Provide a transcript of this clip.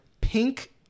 pink